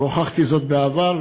והוכחתי זאת בעבר.